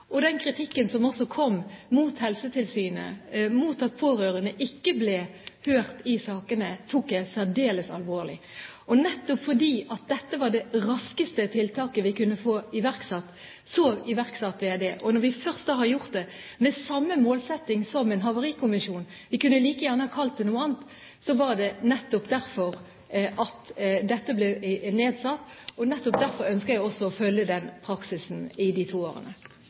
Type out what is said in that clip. Den kritikken som også kom mot Helsetilsynet, mot at pårørende ikke ble hørt i sakene, tok jeg særdeles alvorlig. Nettopp fordi dette var det raskeste tiltaket vi kunne få iverksatt, iverksatte jeg det. Når vi først har gjort det, er det med samme målsetting som med en havarikommisjon – vi kunne like gjerne kalt dette noe annet. Det var nettopp derfor ordningen ble iverksatt, og nettopp derfor ønsker jeg også å følge den praksisen i de to årene.